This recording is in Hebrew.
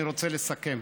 אני רוצה לסכם,